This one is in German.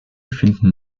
finden